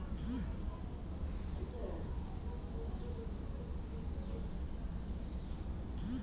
ಹಣಕಾಸು ವ್ಯವಸ್ಥೆ ಅತಿಹೆಚ್ಚು ವೇಗವಾಗಿಬೆಳೆಯುವ ವಲಯವಾಗಿದೆ